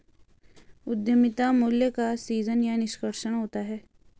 उद्यमिता मूल्य का सीजन या निष्कर्षण होता है